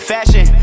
Fashion